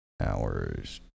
Hours